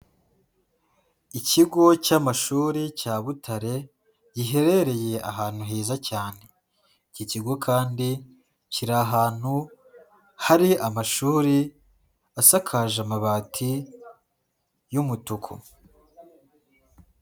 Ikigo cy'amashuri cya Butare, giherereye ahantu heza cyane, iki kigo kandi kiri ahantu hari amashuri asakaje amabati y'umutuku.